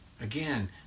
Again